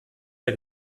der